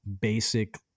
basic